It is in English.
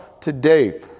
today